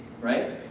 right